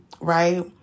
right